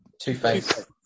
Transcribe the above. Two-Face